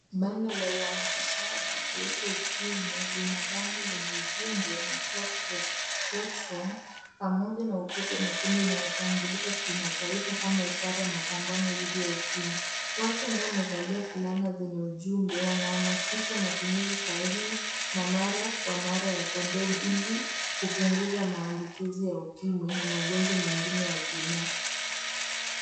Banda la uhamasishaji kuhusu ukimwi, lina bango lenye ujumbe We talk Protection pamoja na utepe mwekundu unaotambulika kimataifa kama ishara ya mapambano dhidi ya ukimwi. Watu ambao wamevalia fulana zenye ujumbe wanahamasisha matumizi sahihi, na mara kwa mara ya kondomu ili kupunguza maambukizi ya ukimwi na magonjwa mengine ya zinaa.